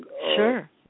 Sure